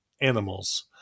animals